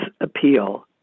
appeal